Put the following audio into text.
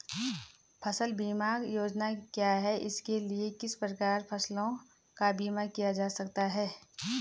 फ़सल बीमा योजना क्या है इसके लिए किस प्रकार फसलों का बीमा किया जाता है?